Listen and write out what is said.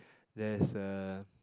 there's a